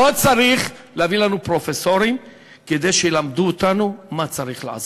לא צריך להביא לנו פרופסורים כדי שילמדו אותנו מה צריך לעשות,